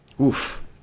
Oof